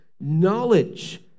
knowledge